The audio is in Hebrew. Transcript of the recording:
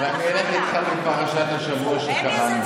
ואני אלך איתך לפרשת השבוע שקראנו.